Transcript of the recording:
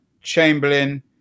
Chamberlain